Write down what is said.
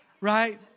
Right